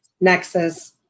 nexus